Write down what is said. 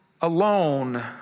alone